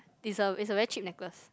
it's a it's a very cheap necklace